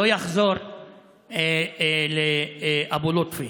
לא יחזור לאבו לוטפי.